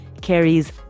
carries